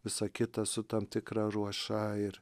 visa kita su tam tikra ruoša ir